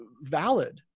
valid